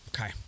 Okay